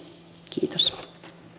kiitos